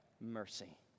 mercy